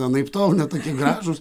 anaiptol ne tokie gražūs